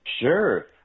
Sure